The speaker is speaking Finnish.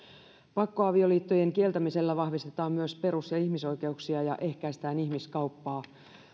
pakkoavioliittojen kieltämisellä vahvistetaan myös perus ja ihmisoikeuksia ja ehkäistään ihmiskauppaa